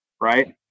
Right